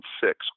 six